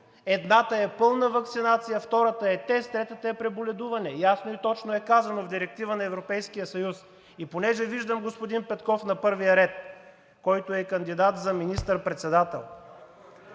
едната е пълна ваксинация, втората е тест, третата е преболедуване – ясно и точно е казано в директива на Европейския съюз. И понеже виждам господин Петков на първия ред, който е кандидат за министър-председател.